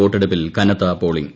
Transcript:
വോട്ടെടുപ്പിൽ കനത്ത പോളിംഗ്